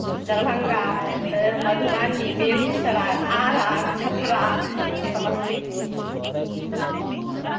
दरभंगा मधुबनी बेगूसराय आरा छपरा और समस्तीपुर